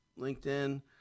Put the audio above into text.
LinkedIn